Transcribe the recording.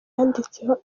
yanditseho